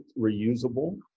reusable